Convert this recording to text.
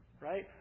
Right